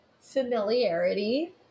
familiarity